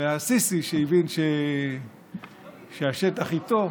וא-סיסי, שהבין שהשטח איתו,